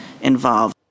involved